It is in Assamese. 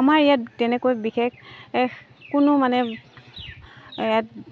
আমাৰ ইয়াত তেনেকৈ বিশেষ কোনো মানে ইয়াত